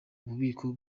ububiko